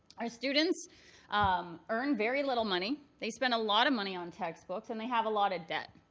our students um earn very little money. they spend a lot of money on textbooks. and they have a lot of debt.